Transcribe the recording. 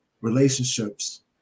relationships